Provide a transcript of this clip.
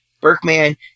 Berkman